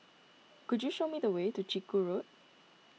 could you show me the way to Chiku Road